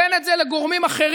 תן את זה לגורמים אחרים,